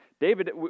David